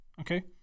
Okay